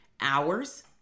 hours